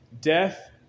Death